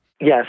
Yes